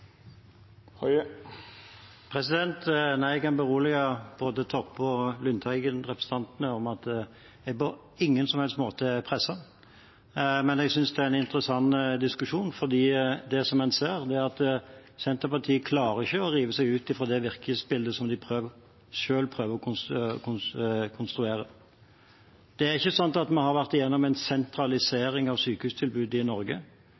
Nei, jeg kan berolige representantene Toppe og Lundteigen med at jeg på ingen som helst måte er presset. Men jeg synes det er en interessant diskusjon, for det en ser, er at Senterpartiet ikke klarer å rive seg løs fra det virkelighetsbildet som de prøver å konstruere. Det er ikke sånn at vi har vært gjennom en sentralisering av sykehustilbudet i Norge